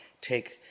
take